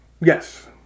Yes